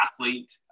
athlete